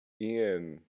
Ian